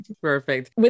Perfect